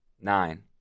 Nine